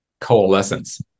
coalescence